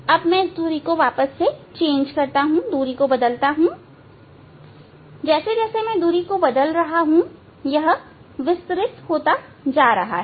अब मैं दूरी को बदलता हूं मैं दूरी बदल रहा हूं यह विसरित होता जा रहा है